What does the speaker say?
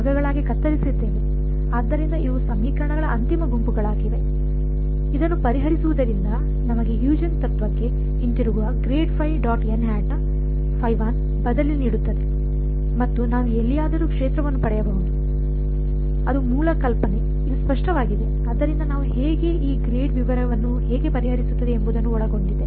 ಆದ್ದರಿಂದ ಇವು ಸಮೀಕರಣಗಳ ಅಂತಿಮ ಗುಂಪುಗಳಾಗಿವೆ ಇದನ್ನು ಪರಿಹರಿಸುವುದರಿಂದ ನಮಗೆ ಹ್ಯೂಜೆನ್ಸ್ ತತ್ವಕ್ಕೆ ಹಿಂತಿರುಗುವ ಬದಲಿ ನೀಡುತ್ತದೆ ಮತ್ತು ನಾನು ಎಲ್ಲಿಯಾದರೂ ಕ್ಷೇತ್ರವನ್ನು ಪಡೆಯಬಹುದು ಅದು ಮೂಲ ಕಲ್ಪನೆ ಇದು ಸ್ಪಷ್ಟವಾಗಿದೆ ಆದ್ದರಿಂದ ನಾವು ಹೇಗೆ ಈ ಗ್ರಾಡ್ ವಿವರವನ್ನು ಹೇಗೆ ಪರಿಹರಿಸುತ್ತದೆ ಎಂಬುದನ್ನು ಒಳಗೊಂಡಿದೆ